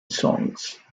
songs